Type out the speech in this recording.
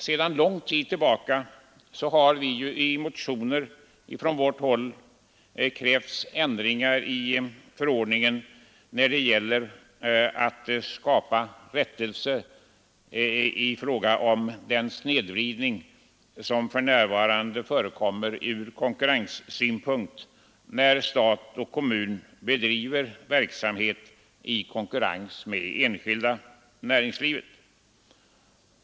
Sedan många år tillbaka har vi i motioner krävt ändringar i förordningen för att rätta till den snedvridning i konkurrenssituationen som för närvarande förekommer i de fall där stat och kommun bedriver verksamhet i konkurrens med det enskilda näringslivet.